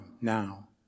now